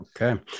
Okay